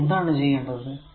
ഇനി എന്താണ് ചെയ്യേണ്ടത്